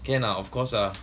can lah of course lah